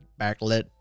backlit